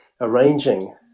arranging